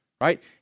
right